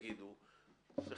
שאולי הם יגידו "סליחה,